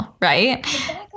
right